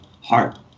heart